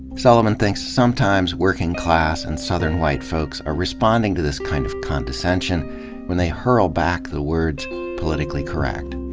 so llivan thinks, sometimes, working-class and southern white folks are responding to this kind of condescension when they hurl back the words politica lly correct.